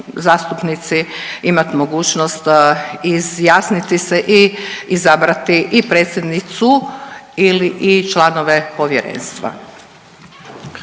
imat mogućnost izjasniti se i izabrati i predsjednicu ili/i članove povjerenstva.